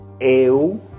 Eu